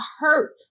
hurt